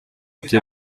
bye